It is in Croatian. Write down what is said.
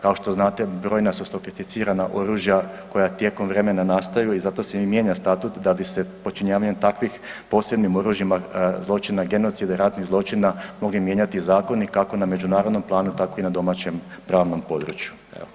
Kao što znate brojna su sofisticirana oružja koja tijekom vremena nastaju i zato se i mijenja Statut da bi se počinjavanjem takvih posebnim oružjima zločina genocida i ratnih zločina mogli mijenjati zakoni kako na međunarodnom planu, tako i na domaćem pravnom području.